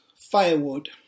firewood